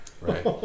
Right